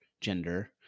gender